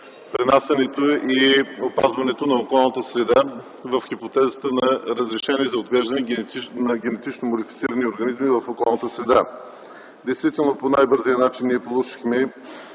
да гарантират опазването на околната среда в хипотезата на разрешение за отглеждане на генетично модифицирани организми в околната среда. Действително по най-бързия начин ние получихме